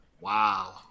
Wow